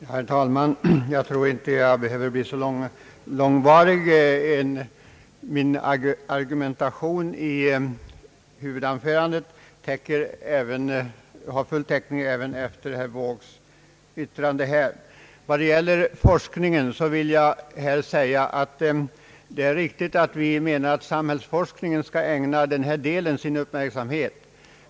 Herr talman! Jag tror inte att jag behöver ta kammarens tid i anspråk så länge, ty min argumentation i huvudanförandet har full täckning även efter herr Wåågs yttrande. Vad gäller forskningen är det riktigt att vi menar att samhällsforskningen skall ägna den här delen sin uppmärksamhet.